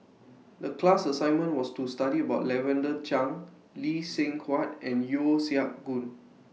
The class assignment was to study about Lavender Chang Lee Seng Huat and Yeo Siak Goon